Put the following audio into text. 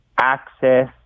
access